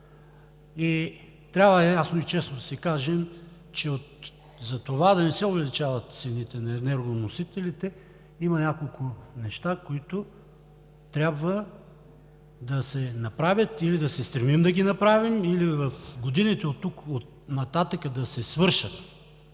Трябва ясно и честно да си кажем, че за това да не се увеличават цените на енергоносителите има няколко неща, които трябва да се направят, или да се стремим да ги направим, или в годините оттук нататък да се свършат.